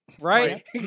Right